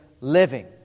living